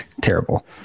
terrible